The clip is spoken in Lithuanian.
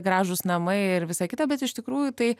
gražūs namai ir visa kita bet iš tikrųjų tai